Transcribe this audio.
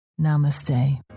Namaste